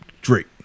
Drake